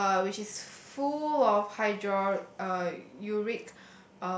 uh which is full of hydro~ uh ~uric